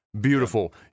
beautiful